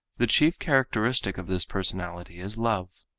the chief characteristic of this personality is love.